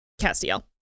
Castiel